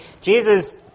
Jesus